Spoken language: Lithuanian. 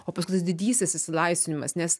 o paskui tas didysis išsilaisvinimas nes